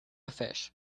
fish